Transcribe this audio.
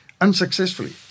unsuccessfully